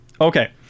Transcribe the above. Okay